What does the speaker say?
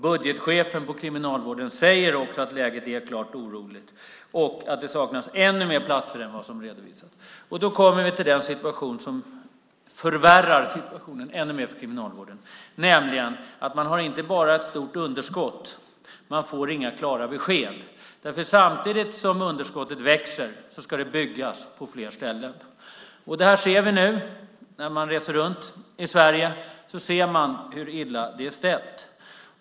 Budgetchefen på Kriminalvården säger också att läget är klart oroligt och att det saknas ännu fler platser än vad som redovisats. Då kommer vi till det läge som förvärrar situationen ännu mer för Kriminalvården, nämligen denna: Kriminalvården har inte bara har ett stort underskott. Man får inte heller några klara besked. Samtidigt som underskottet växer ska det byggas på fler ställen. När man reser runt i Sverige ser man nu hur illa det är ställt.